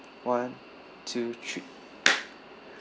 one two three